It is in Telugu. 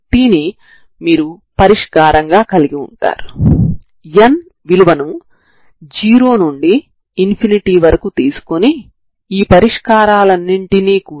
కాబట్టి దృష్ట్యా 0 నుండి వరకు సమాకలనం చేయండి